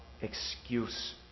excuse